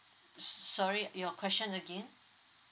sorry your question again